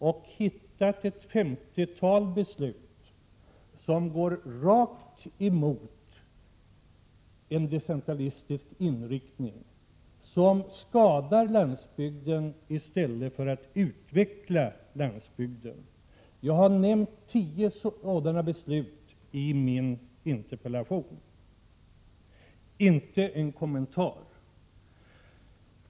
Dem har jag hittat då jag gått igenom regeringens politik. De går rakt emot en decentralistisk inriktning och skadar landsbygden i stället för att utveckla den. Jag har nämnt ett tiotal sådana beslut i min interpellation — inte en kommentar från industriministern.